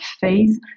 phase